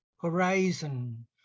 horizon